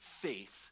faith